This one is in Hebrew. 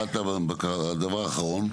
הדבר האחרון?